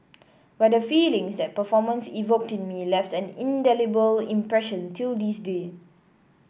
but the feelings that performance evoked in me left an indelible impression till this day